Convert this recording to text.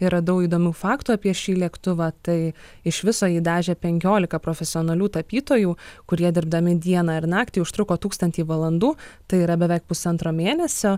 yra daug įdomių faktų apie šį lėktuvą tai iš viso jį dažė penkiolika profesionalių tapytojų kurie dirbdami dieną ir naktį užtruko tūkstantį valandų tai yra beveik pusantro mėnesio